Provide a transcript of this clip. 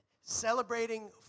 celebrating